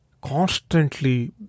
constantly